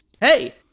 hey—